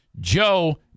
Joe